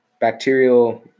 bacterial